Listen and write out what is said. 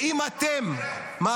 שמים לב היטב למה שהממשלה הזאת עושה